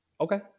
Okay